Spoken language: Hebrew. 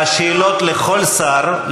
השאלות לכל שר,